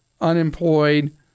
unemployed